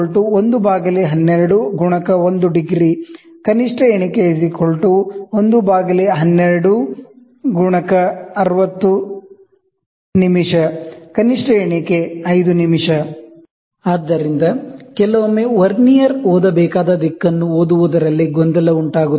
D least count 112 ×1 ° least count 112 × 60 least count 5' ಆದ್ದರಿಂದ ಕೆಲವೊಮ್ಮೆ vernier ಓದಬೇಕಾದ ದಿಕ್ಕನ್ನು ಓದುವುದರಲ್ಲಿ ಗೊಂದಲ ಉಂಟಾಗುತ್ತದೆ